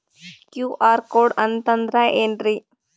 QR code ಅಂತಂದ್ರ ಏನ್ರೀ?